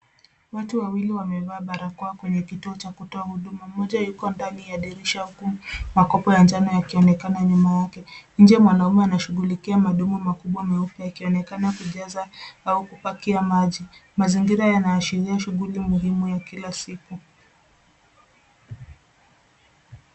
Watu wawili wamevaa barakoa kwenye kituo cha kutoa huduma mmoja yuko ndani ya dirisha kuu makopo ya njano yakionekana nyuma yake. Nje mwanaume anashughulikia madumu makubwa meupe akionekana kujaza au kupakia maji. Mazingira yanaashiria shughuli muhimu ya kila siku.